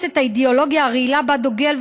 את האידיאולוגיה הרעילה שבה הוא דוגל,